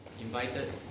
invited